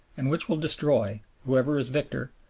and which will destroy, whoever is victor,